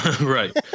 right